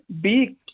big